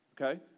okay